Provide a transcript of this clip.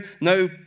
no